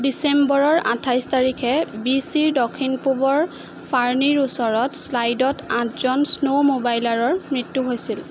ডিচেম্বৰৰ আঠাইছ তাৰিখে বিচিৰ দক্ষিণ পূবৰ ফাৰ্নিৰ ওচৰত শ্লাইডত আঠজন স্ন' মোবাইলাৰৰ মৃত্যু হৈছিল